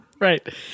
right